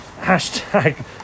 hashtag